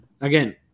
Again